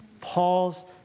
Paul's